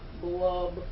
blub